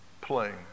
playing